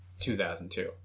2002